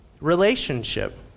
relationship